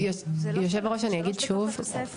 יושב הראש, אני אגיד שוב,